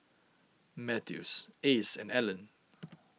Mathews Ace and Alan